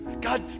God